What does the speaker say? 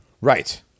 Right